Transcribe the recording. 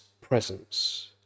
presence